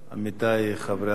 עמיתי חברי הכנסת,